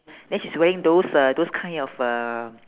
then he's wearing those uh those kind of uh